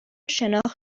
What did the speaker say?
شناخت